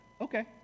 okay